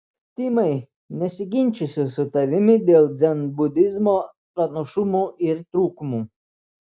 timai nesiginčysiu su tavimi dėl dzenbudizmo pranašumų ir trūkumų